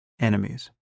enemies